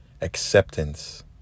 acceptance